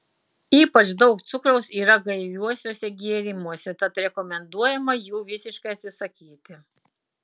ypač daug cukraus yra gaiviuosiuose gėrimuose tad rekomenduojama jų visiškai atsisakyti